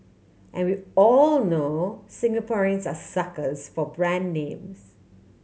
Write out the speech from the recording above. and we all know Singaporeans are suckers for brand names